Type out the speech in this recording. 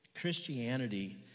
Christianity